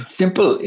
simple